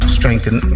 strengthen